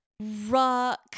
Rock